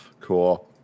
Cool